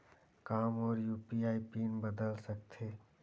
का मोर UPI pin बदल सकथे?